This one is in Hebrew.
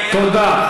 קיים, תודה.